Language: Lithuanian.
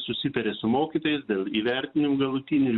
susitarė su mokytojais dėl įvertinimų galutinį ir